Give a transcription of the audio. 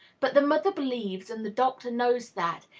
but the mother believes and the doctor knows that,